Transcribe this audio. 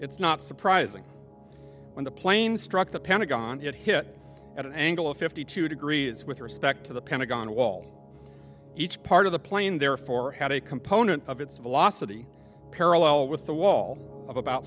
it's not surprising when the plane struck the pentagon it hit at an angle of fifty two degrees with respect to the pentagon wall each part of the plane therefore had a component of its velocity parallel with the wall of about